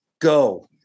go